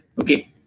okay